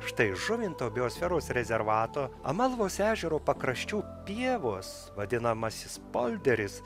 štai žuvinto biosferos rezervato amalvos ežero pakraščių pievos vadinamasis polderis